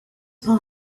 part